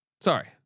Sorry